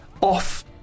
off